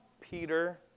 Peter